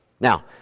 Now